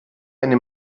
eine